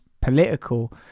political